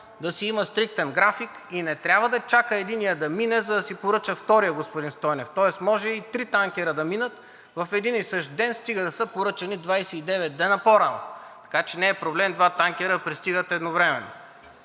да има стриктен график и не трябва да чака единият да мине, за да си поръча втори, господин Стойнев, тоест може и три танкера да минат в един и същ ден, стига да са поръчани 29 дни по-рано. Така че не е проблем два танкера да пристигат едновременно